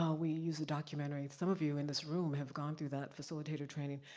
ah we use a documentary, some of you in this room have gone through that facilitator training.